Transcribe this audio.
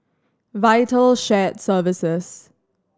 Vital Shared Services